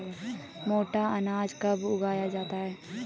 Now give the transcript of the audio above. मोटा अनाज कब उगाया जाता है?